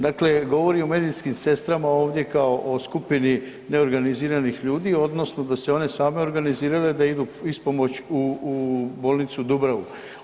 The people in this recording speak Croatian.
Dakle govori o medicinskim sestrama ovdje kao o skupini neorganiziranih ljudi odnosno da su se one same organizirale da idu na ispomoć u bolnicu Dubravu.